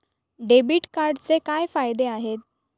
Debit कार्डचे काय फायदे आहेत?